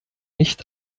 nicht